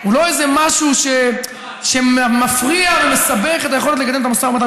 הוא לא איזה משהו שמפריע ומסבך את היכולת לקדם את המשא ומתן.